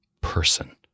person